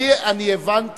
אז בשביל זה אני מראה